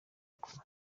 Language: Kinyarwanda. bikorwa